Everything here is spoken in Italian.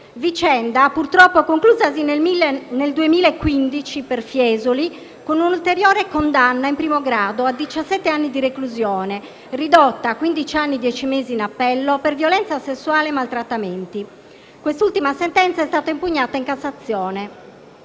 Vicenda conclusasi nel 2015, per Fiesoli, con un'ulteriore condanna (in primo grado) a diciassette anni di reclusione, ridotta a quindici anni e dieci mesi in appello, per violenza sessuale e maltrattamenti. Quest'ultima sentenza è stata impugnata in Cassazione.